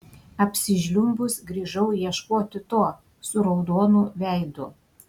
apsižliumbus grįžau ieškoti to su raudonu veidu